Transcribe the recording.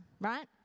right